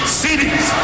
cities